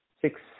six